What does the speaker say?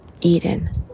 Eden